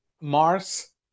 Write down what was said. Mars